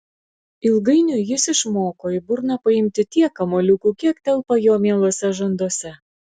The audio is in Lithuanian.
ilgainiui jis išmoko į burną paimti tiek kamuoliukų kiek telpa jo mieluose žanduose